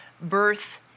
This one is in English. Birth